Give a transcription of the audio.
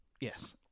Yes